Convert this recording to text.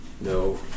No